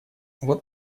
вот